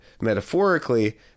metaphorically